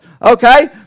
Okay